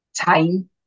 time